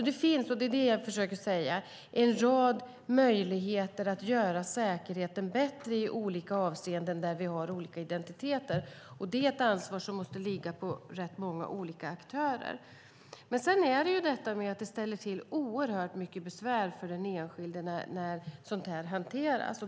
Det finns alltså en rad möjligheter att göra säkerheten bättre. Det är ett ansvar som måste ligga på många olika aktörer. Sedan ställer det till oerhört mycket besvär för den enskilde när sådant här sker.